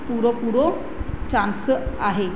पूरो पूरो चांस आहे